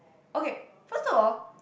okay first of all